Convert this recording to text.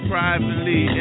Privately